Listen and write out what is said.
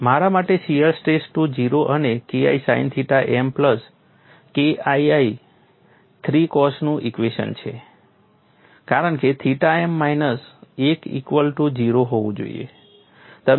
મારા માટે shear stress to 0 મને KI sine theta m plus KII 3 કોસનું ઇક્વેશન મળે છે કારણ કે theta m minus 1 equal to 0 હોવું જોઈએ